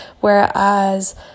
whereas